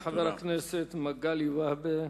תודה לחבר הכנסת מגלי והבה.